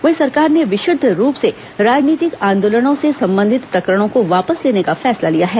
वहीं सरकार ने विशुद्व रूप से राजनीतिक आदोलनों से संबंधित प्रकरणों को वापस लेने का फैसला लिया है